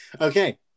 okay